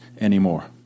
anymore